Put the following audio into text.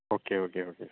okay okay okay sir